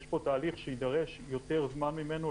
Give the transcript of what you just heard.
יש פה תהליך שיידרש יותר זמן ממנו,